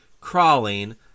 crawling